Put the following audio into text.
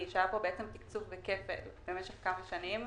שהיה כאן תקצוב בכפל במשך כמה שנים,